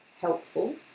helpful